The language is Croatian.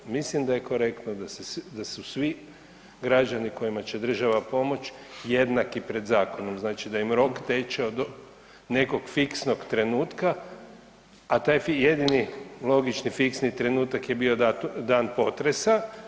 Mislim da je korektno da su svi građani kojima će država pomoći jednaki pred zakonom, znači da im rok teče od nekog fiksnog trenutka a taj jedini logični fiksni trenutak je bio dan potresa.